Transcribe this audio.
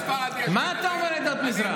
לא, לא,